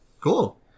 Cool